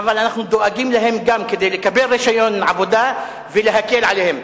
אבל אנחנו דואגים להם גם לקבל רשיון עבודה ולהקל עליהם.